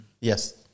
Yes